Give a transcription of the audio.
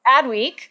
Adweek